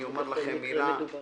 מדובר